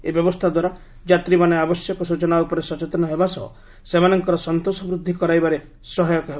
ଏହି ବ୍ୟବସ୍ଥାଦ୍ୱାରା ଯାତ୍ରୀମାନେ ଆବଶ୍ୟକ ସ୍କଚନା ଉପରେ ସଚେତନ ହେବା ସହ ସେମାନଙ୍କର ସନ୍ତୋଷ ବୃଦ୍ଧି କରାଇବାରେ ଏହା ସହାୟକ ହେବ